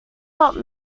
not